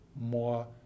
more